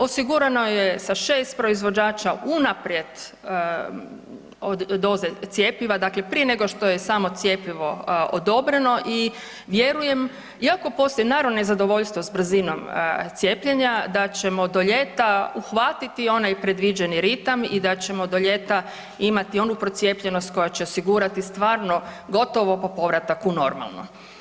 Osigurano je sa 6 proizvođača unaprijed doze cjepiva, dakle prije nego što je samo cjepivo odobreno i vjerujem, iako postoji naravno, nezadovoljstvo s brzinom cijepljenja, da ćemo do ljeta uhvatiti onaj predviđeni ritam i da ćemo do ljeta imati onu procijepljenost koja će osigurati stvarno, gotovo pa povratak u normalno.